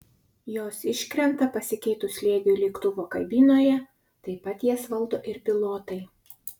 jos iškrenta pasikeitus slėgiui lėktuvo kabinoje taip pat jas valdo ir pilotai